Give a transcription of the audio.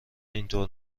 اینطور